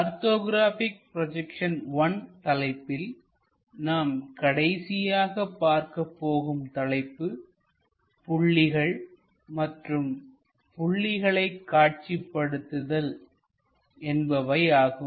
orthographic projection 1 தலைப்பில் நாம் கடைசியாக பார்க்க போகும் தலைப்பு புள்ளிகள் மற்றும் புள்ளிகளை காட்சிப்படுத்துதல் என்பவையாகும்